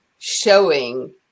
Showing